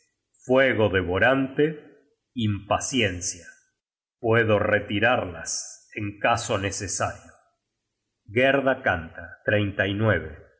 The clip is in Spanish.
fuego devorante impaciencia puedo retirarlas en caso necesario gerda canta